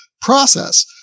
process